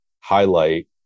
highlight